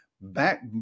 back